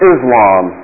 Islam